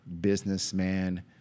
businessman